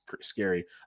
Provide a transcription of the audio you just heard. scary